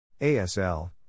ASL